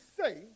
say